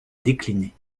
décliner